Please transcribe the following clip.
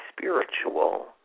spiritual